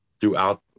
throughout